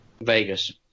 Vegas